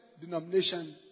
Denomination